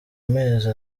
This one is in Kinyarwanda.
mezi